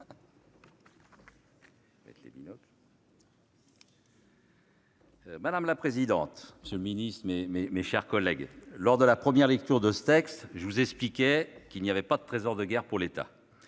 Madame la présidente, monsieur le ministre, mes chers collègues, lors de la première lecture de ce texte, je vous expliquais qu'il n'y avait pas de trésor de guerre pour l'État.